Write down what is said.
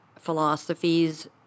philosophies